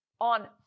ON